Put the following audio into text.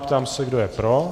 Ptám se, kdo je pro.